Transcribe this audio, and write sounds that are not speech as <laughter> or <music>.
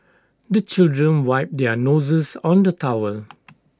the children wipe their noses on the towel <noise>